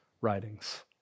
writings